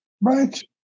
right